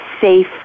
safe